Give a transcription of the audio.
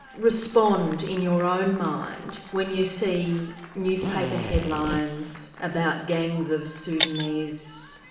respond in your own mind when you see newspaper headlines about gangs of sudanese,